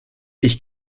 ich